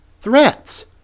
threats